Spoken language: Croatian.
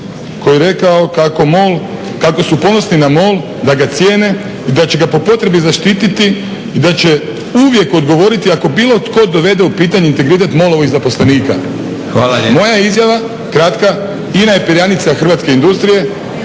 koji je rekao: "Kako MOL, kako su ponosni na MOL, da ga cijene i da će ga po potrebi zaštiti i da će uvijek odgovoriti ako bilo tko dovede u pitanje integritet MOL-ovih zaposlenika." …/Upadica predsjednik: Hvala lijepa./…